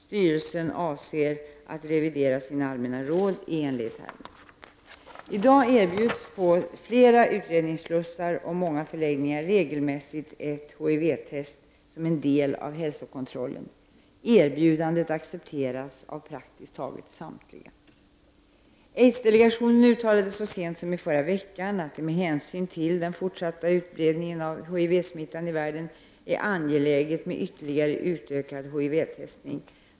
Styrelsen avser att revidera sina allmänna råd i enlighet härmed. I dag erbjuds på flera utredningsslussar och många förläggningar regelmässigt ett HIV-test som en del av hälsokontrollen. Erbjudandet accepteras av praktiskt taget samtliga. Aids-delegationen uttalade så sent som i förra veckan att det med hänsyn till den fortsatta utbredningen av HIV-smitta i världen är angeläget med ytterligare utökad HIV-testning.